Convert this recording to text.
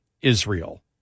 Israel